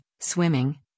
Swimming